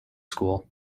school